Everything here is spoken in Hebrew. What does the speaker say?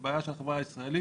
היא בעיה של החברה הישראלית,